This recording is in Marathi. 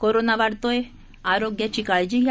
कोरोना वाढतोय आरोग्याची काळजी घ्या